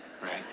right